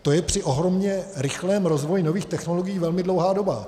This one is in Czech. To je při ohromně rychlém rozvoji nových technologií velmi dlouhá doba.